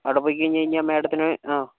അവിടെ പോയി കഴിഞ്ഞ് കഴിഞ്ഞാൽ മാഡത്തിന് ആ